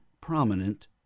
prominent